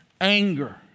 anger